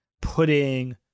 putting